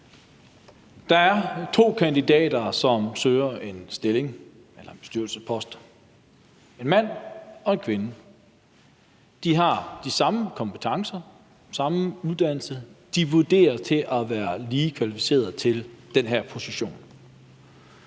Der er to kandidater, som søger en stilling eller en bestyrelsespost. En mand og en kvinde. De har de samme kompetencer, samme uddannelse. De er vurderet til at være lige kvalificerede til den her position.